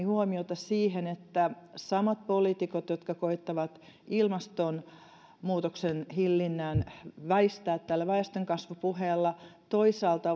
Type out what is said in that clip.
huomiota siihen että samat poliitikot jotka koettavat ilmastonmuutoksen hillinnän väistää tällä väestönkasvupuheella toisaalta